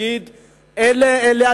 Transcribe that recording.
צריכים לבוא ולהגיד לממשלה: אלה הדברים,